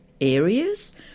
areas